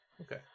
Okay